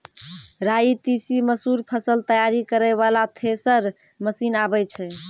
राई तीसी मसूर फसल तैयारी करै वाला थेसर मसीन आबै छै?